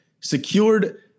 secured